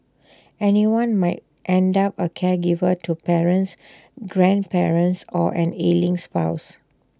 anyone might end up A caregiver to parents grandparents or an ailing spouse